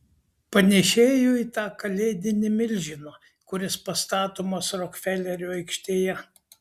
panėšėjo į tą kalėdinį milžiną kuris pastatomas rokfelerio aikštėje